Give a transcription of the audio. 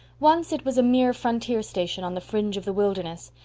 once it was a mere frontier station on the fringe of the wilderness,